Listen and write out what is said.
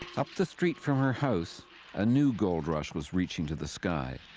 up the street from her house a new gold rush was reaching to the sky.